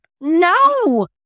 No